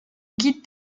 guide